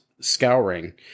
Scouring